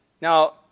Now